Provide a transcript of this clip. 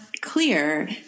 clear